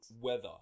Weather